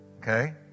Okay